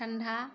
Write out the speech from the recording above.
ठण्डा